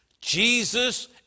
Jesus